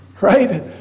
right